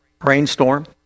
brainstorm